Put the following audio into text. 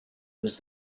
was